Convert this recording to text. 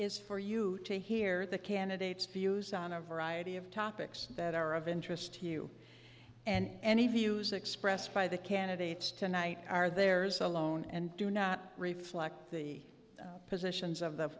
is for you to hear the candidates views on a variety of topics that are of interest to you and the views expressed by the candidates tonight are theirs alone and do not reflect the positions of the